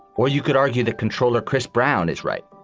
or you could argue that comptroller chris brown is right.